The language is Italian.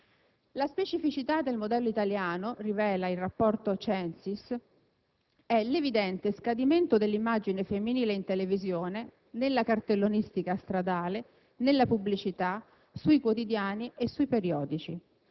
La specificità del modello italiano, rivela il rapporto CENSIS, è l'evidente scadimento dell'immagine femminile in televisione, nella cartellonistica stradale, nella pubblicità, sui quotidiani e sui periodici.